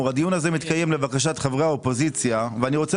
הדיון הזה מתקיים לבקשת חברי האופוזיציה ואני רוצה